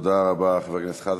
תודה רבה, חבר הכנסת חזן.